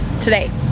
today